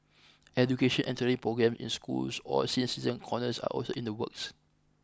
education and training programme in schools or senior citizen corners are also in the works